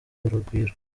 urugwiro